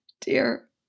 dear